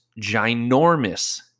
ginormous